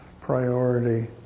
priority